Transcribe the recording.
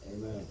Amen